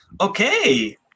Okay